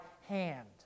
hand